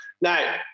Now